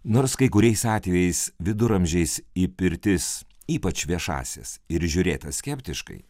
nors kai kuriais atvejais viduramžiais į pirtis ypač viešąsias ir žiūrėta skeptiškai